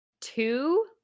two